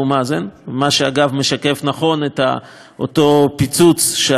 מה שאגב משקף נכון את אותו פיצוץ שהיה מול קרי,